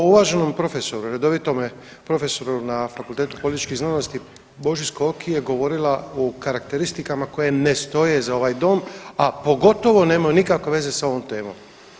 O uvaženom profesoru, redovitome profesoru na Fakultetu političkih znanost Boži Skoki je govorila u karakteristikama koje ne stoje za ovaj dom, a pogotovo nemaju nikakve veze sa ovom temom.